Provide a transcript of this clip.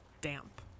damp